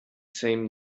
same